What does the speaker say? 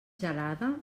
gelada